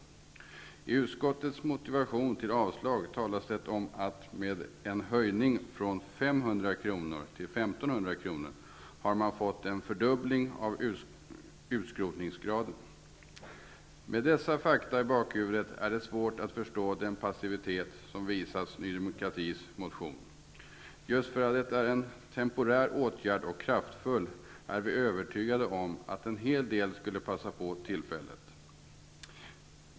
I utskottets motivering för avslag talas det om att med en höjning från 500 till 1 500 kr. har man fått en fördubbling av utskrotningsgraden. Med dessa fakta i bakhuvudet är det svårt att förstå den passivitet som visas Ny demokratis motion. Just därför att det är en temporär och kraftfull åtgärd som föreslås är vi övertygade om att åtskilliga skulle passa på tillfället.